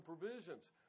provisions